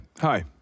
hi